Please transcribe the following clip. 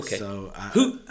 Okay